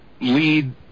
lead